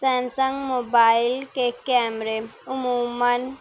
Samsung mobile کے کیمرے عموماً